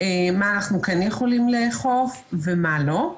מה אנחנו כן יכולים לאכוף ומה לא.